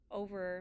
over